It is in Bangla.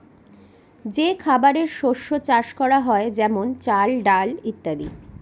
যে খাবারের শস্য চাষ করা হয় যেমন চাল, ডাল ইত্যাদি